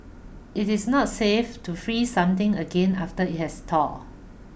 it is not safe to freeze something again after it has thawed